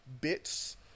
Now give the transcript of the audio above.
bits